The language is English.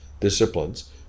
disciplines